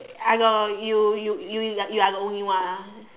I know you you you you are the only one ah